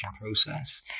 process